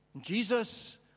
Jesus